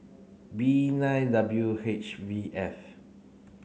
B nine W H V F